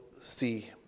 see